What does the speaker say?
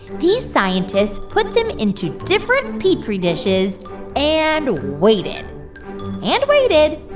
these scientists put them into different petri dishes and waited and waited.